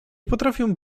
potrafię